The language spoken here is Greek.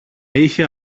είχε